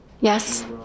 Yes